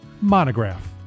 Monograph